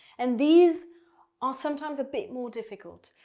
and these are sometimes a bit more difficult.